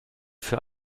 für